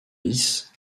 lisse